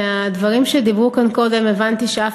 מהדברים שדיברו כאן קודם הבנתי שאף